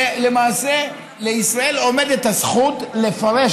שלמעשה לישראל עומדת הזכות לפרש,